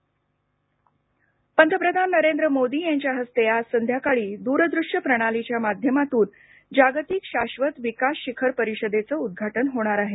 विकास परिषद पंतप्रधान नरेंद्र मोदी यांच्या हस्ते आज संध्याकाळी द्रदृष्य प्रणालीच्या माध्यमातून जागतिक शाश्वत विकास शिखर परीषदेचं उद्घाटन होणार आहे